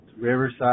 Riverside